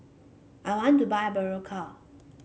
I want to buy Berocca